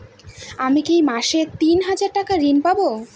আমি কি মাসে তিন হাজার টাকার ঋণ পাবো?